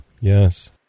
Yes